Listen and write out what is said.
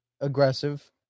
aggressive